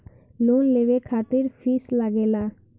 Loan लेवे खातिर fees लागेला?